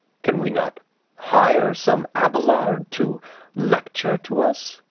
can we not hire some abelard to lecture to us?